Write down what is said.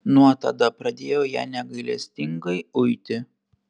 nuo tada pradėjo ją negailestingai uiti